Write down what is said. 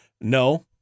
no